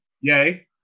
Yay